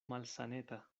malsaneta